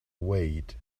weight